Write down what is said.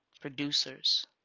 producers